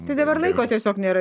tai dabar laiko tiesiog nėra